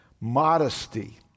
modesty